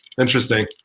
interesting